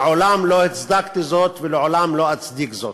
מעולם לא הצדקתי זאת ולעולם לא אצדיק זאת.